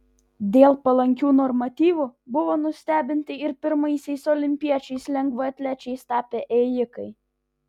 dėl palankių normatyvų buvo nustebinti ir pirmaisiais olimpiečiais lengvaatlečiais tapę ėjikai